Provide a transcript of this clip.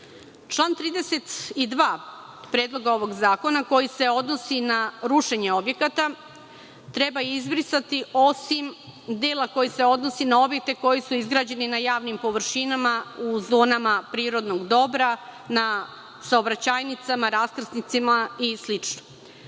32. Predloga zakona, koji se odnosi na rušenje objekata, treba izbrisati, osim dela koji se odnosi na objekte koji su izgrađeni na javnim površinama u zonama prirodnog dobra, na saobraćajnicama, raskrsnicama i